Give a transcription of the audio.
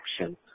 action